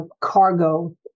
cargo